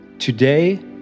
Today